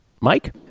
mike